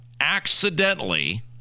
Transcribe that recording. accidentally